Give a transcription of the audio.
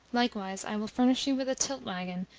likewise, i will furnish you with a tilt-waggon,